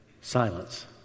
Silence